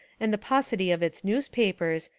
and the paucity of its newspapers,